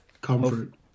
Comfort